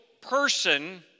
person